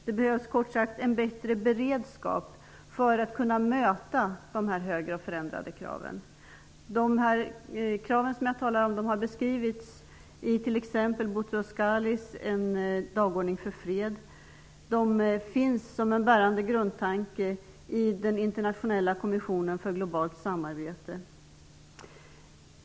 Det behövs kort sagt en bättre beredskap för att kunna möta de högre och förändrade kraven. De krav som jag talar om har beskrivits i bl.a. Boutros Ghalis Dagordning för fred. De finns som en bärande grundtanke i den internationella kommissionen för globalt samarbete.